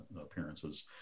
appearances